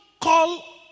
Call